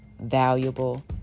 valuable